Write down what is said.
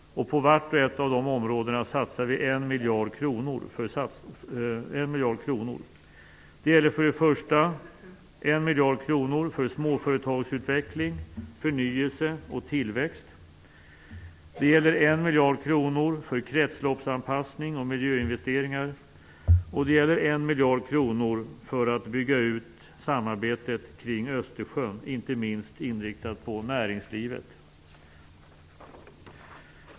På vart och ett av dessa områden satsar vi 1 miljard kronor. Det gäller 1 miljard kronor för småföretagsutveckling, förnyelse och tillväxt. Det gäller 1 miljard kronor för kretsloppsanpassning och miljöinvesteringar. Och det gäller 1 miljard kronor för att bygga ut samarbetet kring Östersjön, inte minst inriktat på näringslivet.